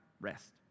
Rest